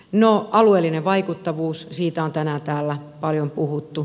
no alueellisesta vaikuttavuudesta on tänään täällä paljon puhuttu